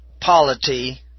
polity